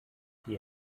die